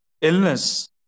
illness